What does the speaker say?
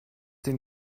den